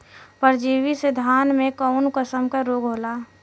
परजीवी से धान में कऊन कसम के रोग होला?